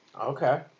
Okay